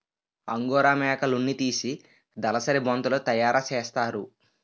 angora మేకలున్నితీసి దలసరి బొంతలు తయారసేస్తారు